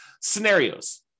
scenarios